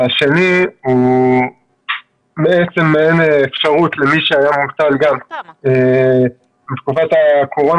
והשני הוא מעין אפשרות למי שהיה מובטל גם בתקופת הקורונה,